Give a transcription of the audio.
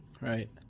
Right